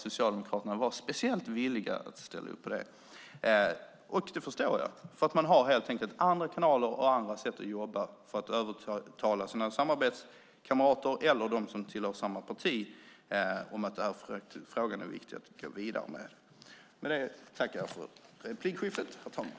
Socialdemokraterna var inte speciellt villiga att ställa upp på det, och det förstår jag. Man har helt enkelt andra kanaler och andra sätt att jobba för att övertala sina samarbetskamrater eller dem som tillhör samma parti om att en fråga är viktig att gå vidare med. Med det tackar jag för replikskiftet, herr talman.